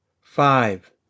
five